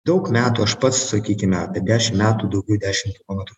daug metų aš pats sakykime apie dešim metų daugiau dešim kilometrų